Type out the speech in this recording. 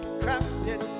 crafted